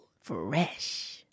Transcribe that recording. fresh